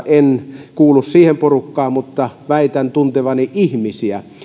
en kuulu siihen porukkaan mutta väitän tuntevani ihmisiä